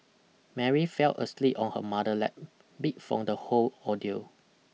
Mary fell asleep on her mother lap beat from the whole ordeal